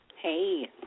Hey